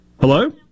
Hello